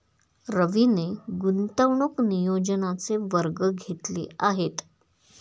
रवीने गुंतवणूक नियोजनाचे वर्ग घेतले आहेत